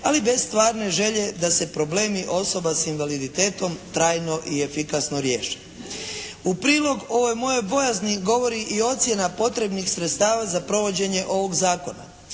ali bez stvarne želje da se problemi osoba sa invaliditetom trajno i efikasno riješe. U prilog ovoj mojoj bojazni govori i ocjena potrebnih sredstava za provođenje ovog zakona.